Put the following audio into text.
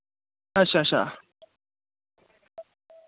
अच्छा अच्छा